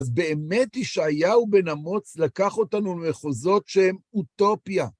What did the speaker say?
אז באמת ישעיהו בן אמוץ לקח אותנו למחוזות שהם אוטופיה.